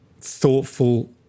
thoughtful